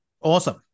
awesome